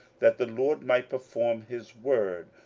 that the lord might perform his word,